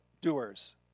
doers